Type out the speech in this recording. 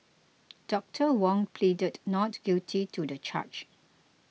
Doctor Wong pleaded not guilty to the charge